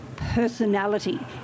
Personality